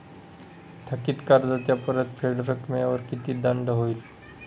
थकीत कर्जाच्या परतफेड रकमेवर किती दंड होईल?